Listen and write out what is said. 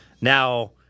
Now